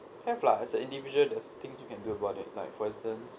have lah as an individual there's things you can do about it like for instance